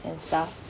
and stuff